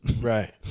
right